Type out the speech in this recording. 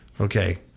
okay